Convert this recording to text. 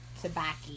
tobacco